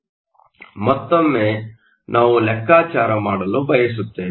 ಆದ್ದರಿಂದ ಮತ್ತೊಮ್ಮೆ ನಾವು ಲೆಕ್ಕಾಚಾರ ಮಾಡಲು ಬಯಸುತ್ತೇವೆ